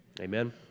Amen